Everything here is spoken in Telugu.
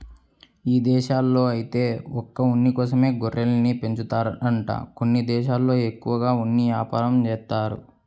ఇదేశాల్లో ఐతే ఒక్క ఉన్ని కోసమే గొర్రెల్ని పెంచుతారంట కొన్ని దేశాల్లో ఎక్కువగా ఉన్ని యాపారం జేత్తారు